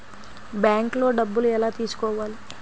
బ్యాంక్లో డబ్బులు ఎలా తీసుకోవాలి?